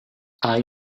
hai